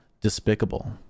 despicable